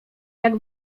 jak